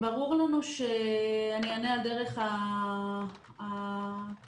אני אענה על דרך התוכנית,